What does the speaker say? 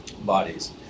bodies